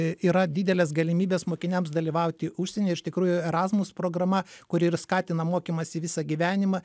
yra didelės galimybės mokiniams dalyvauti užsienyje iš tikrųjų erasmus programa kuri ir skatina mokymąsi visą gyvenimą